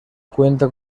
cuenta